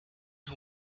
who